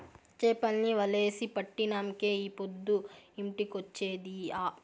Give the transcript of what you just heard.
చేపల్ని వలేసి పట్టినంకే ఈ పొద్దు ఇంటికొచ్చేది ఆ